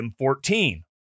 M14